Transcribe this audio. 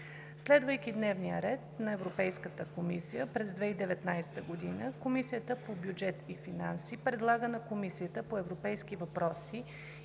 Следвайки дневния ред на Европейската комисия през 2019 г., Комисията по бюджет и финанси предлага на Комисията по европейските въпроси